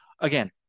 Again